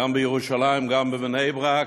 גם בירושלים, גם בבני-ברק,